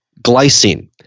glycine